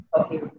Okay